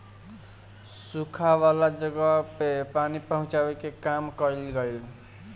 सुखा वाला जगह पे पानी पहुचावे के काम कइल गइल